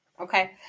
Okay